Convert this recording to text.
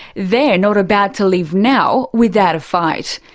they're not about to leave now without a fight.